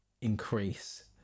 increase